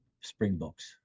Springboks